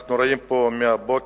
אנחנו רואים פה מהבוקר,